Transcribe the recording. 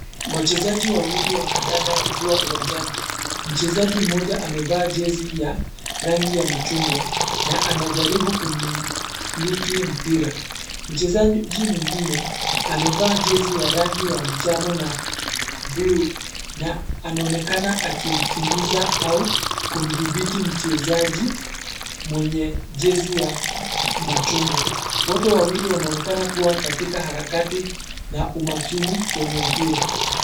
Wachezaji wawili wa kandanda wakiwa uwanjani. Mchezaji mmoja amevaa jezi ya rangi ya machungwa na anajaribu kumiliki mpira. Mchezaji mwingine amevaa jezi ya rangi ya njano na buluu na anaonekana akimkimbiza au kumdhibiti mchezaji mwenye jezi ya machungwa. Wote wawili wanaonekana kuwa katika harakati na umakini kwenye mpira.